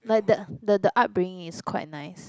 like the the the upbringing is quite nice